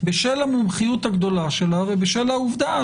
בשל המומחיות הגדולה שלה, ובשל העובדה